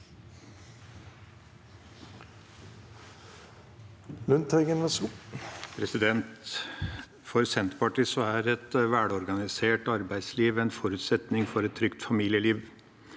For Senterpar- tiet er et velorganisert arbeidsliv en forutsetning for et trygt familieliv.